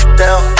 down